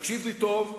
תקשיב לי טוב,